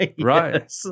right